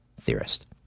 theorist